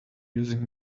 using